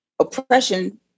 Oppression